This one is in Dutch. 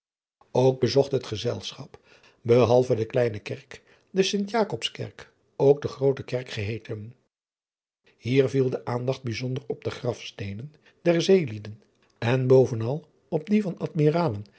ok bezocht het gezelschap behalve de kleine kerk de t akobs driaan oosjes zn et leven van illegonda uisman kerk ook de roote erk geheeten ier viel de aandacht bijzonder op de grafsteden der zeelieden en bovenal op die van